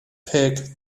pig